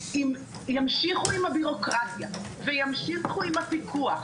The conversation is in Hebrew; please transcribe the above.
אם ימשיכו עם הביורוקרטיה וימשיכו עם הפיקוח,